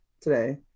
today